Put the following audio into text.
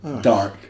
Dark